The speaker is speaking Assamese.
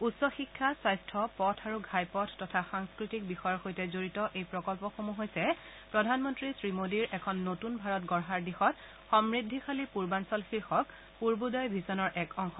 উচ্চ শিক্ষা স্বাস্থ্য পথ আৰু ঘাইপথ তথা সাংস্কৃতিক বিষয়ৰ সৈতে জড়িত এই প্ৰকল্পসমূহ প্ৰধানমন্ত্ৰী শ্ৰীমোডীৰ এখন নতুন ভাৰত গঢ়াৰ দিশত সমূদ্ধিশালী পূৰ্বাঞ্চল শীৰ্ষক পূৰ্বোদয় লক্ষ্যৰ এক অংশ